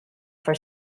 for